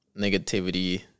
negativity